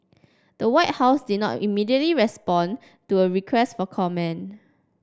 the White House did not immediately respond to a request for comment